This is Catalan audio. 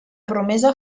promesa